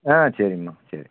ஆ சரிங்கம்மா சரி